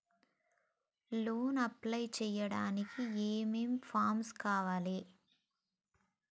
Loan apply చేయడానికి ఏం ఏం ఫామ్స్ కావాలే?